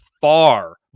far